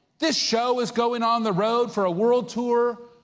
this show is going on the road for a world tour.